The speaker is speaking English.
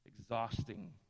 exhausting